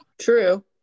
true